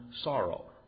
sorrow